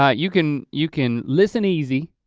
yeah you can you can listen easy.